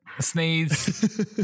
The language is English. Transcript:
sneeze